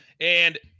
And-